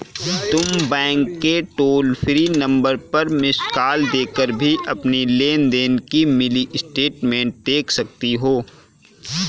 तुम बैंक के toll free number पर मिस्ड कॉल देकर भी अपनी लेन देन की मिनी स्टेटमेंट देख सकती हो